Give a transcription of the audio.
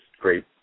great